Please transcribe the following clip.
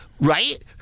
Right